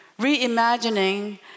Reimagining